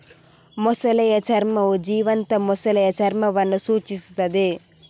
ಮೊಸಳೆಯ ಚರ್ಮವು ಜೀವಂತ ಮೊಸಳೆಯ ಚರ್ಮವನ್ನು ಸೂಚಿಸುತ್ತದೆ